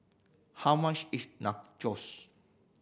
how much is Nachos